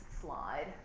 slide